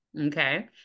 okay